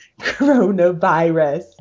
coronavirus